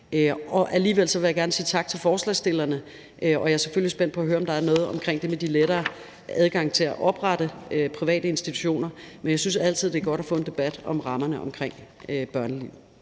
Alligevel vil jeg gerne sige tak til forslagsstillerne, og jeg er selvfølgelig spændt på at høre, om der er noget om det med at give lettere adgang til at oprette private institutioner. Jeg synes altid, det er godt at få en debat om rammerne omkring børneliv.